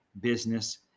business